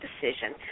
decision